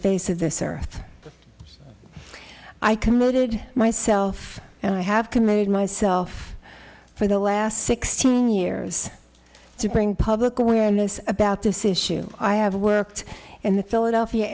face of this earth i committed myself and i have committed myself for the last sixteen years to bring public awareness about this issue i have worked in the philadelphia